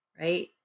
Right